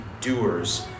doers